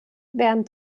wären